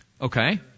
Okay